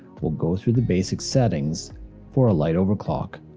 we'll go through the basic settings for a light overclock.